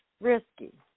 risky